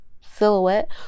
silhouette